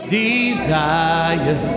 desire